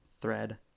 thread